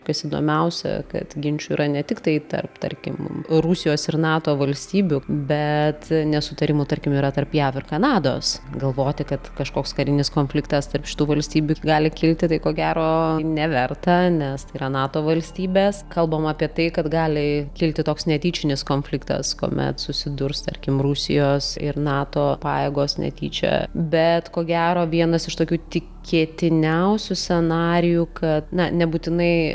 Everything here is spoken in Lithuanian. kas įdomiausia kad ginčų yra ne tiktai tarp tarkim rusijos ir nato valstybių bet nesutarimų tarkim yra tarp jav ir kanados galvoti kad kažkoks karinis konfliktas tarp šitų valstybių gali kilti tai ko gero neverta nes tai yra nato valstybės kalbama apie tai kad gali kilti toks netyčinis konfliktas kuomet susidurs tarkim rusijos ir nato pajėgos netyčia bet ko gero vienas iš tokių tikėtiniausių scenarijų kad na nebūtinai